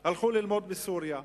והלכו ללמוד בסוריה.